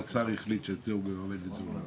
האוצר החליט שאת זה הוא מממן ואת זה הוא לא מממן.